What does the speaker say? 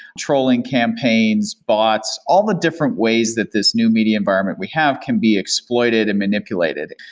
trolling campaign, bots, all the different ways that this new media environment we have can be exploited and manipulated.